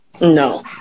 No